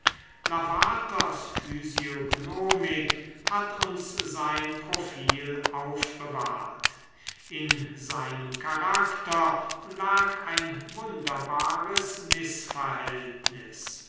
lavaters physiognomik hat uns sein profil aufbewahrt in seinem charakter lag ein wunderbares mißverhältnis